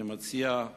אני מציע: